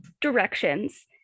directions